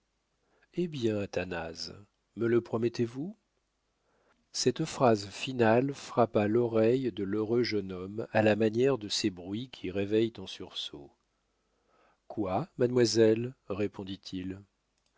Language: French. eh bien athanase me le promettez-vous cette phrase finale frappa l'oreille de l'heureux jeune homme à la manière de ces bruits qui réveillent en sursaut quoi mademoiselle répondit-il